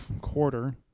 quarter